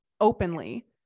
openly